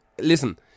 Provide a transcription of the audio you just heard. Listen